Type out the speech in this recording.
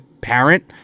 parent